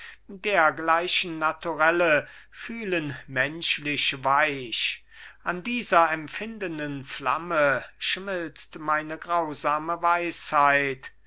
dergleichen naturelle fühlen menschlich weich an dieser empfindenden flamme schmilzt meine grausame weisheit